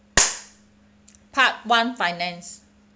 part one finance